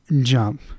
jump